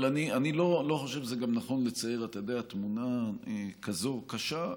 אבל אני לא חושב שזה נכון לצייר תמונה כזו קשה.